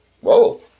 Whoa